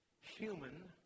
human